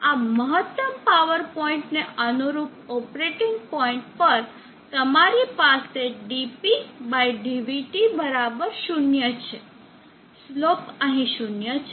આ મહત્તમ પાવર પોઇન્ટને અનુરૂપ ઓપરેટિંગ પોઇન્ટ પર તમારી પાસે dpdvT બરાબર 0 છે સ્લોપ અહીં 0 છે